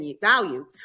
value